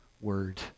word